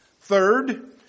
Third